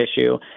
issue